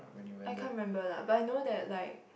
I can't remember lah but I know that like